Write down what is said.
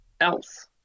else